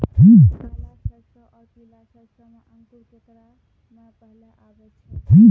काला सरसो और पीला सरसो मे अंकुर केकरा मे पहले आबै छै?